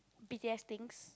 b_t_s things